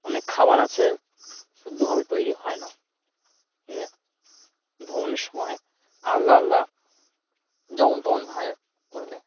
অনেক খাবার আছে শুদ্ধভাবে তৈরি হয় না এ ভ্রমণের সময় আলাদা আলাদা যেমন তেমন ভাবে করে দেয়